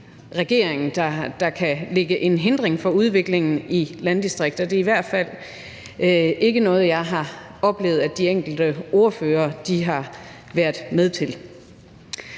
regeringen, der kan lægge hindringer i vejen for udviklingen i landdistrikterne – det er i hvert fald ikke noget, jeg har oplevet at de enkelte ordførere har været med til.